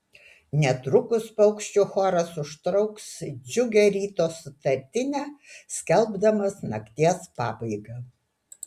netrukus paukščių choras užtrauks džiugią ryto sutartinę skelbdamas nakties pabaigą